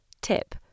Tip